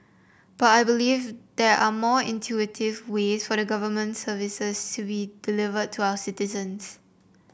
but I believe there are more intuitive ways for government services to be delivered to our citizens